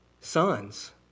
Sons